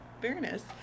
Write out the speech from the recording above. fairness